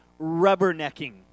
rubbernecking